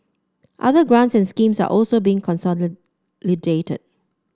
other grants and schemes are also being consolidated